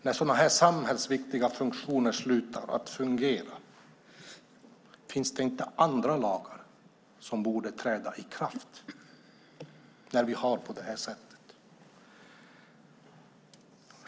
När sådana här samhällsviktiga funktioner slutar att fungera börjar man fundera på om det inte finns andra lagar som borde träda in.